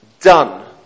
done